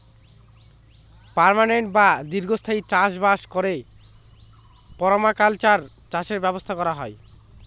permanent বা দীর্ঘস্থায়ী চাষ বাস করে পারমাকালচার চাষের ব্যবস্থা করা হয়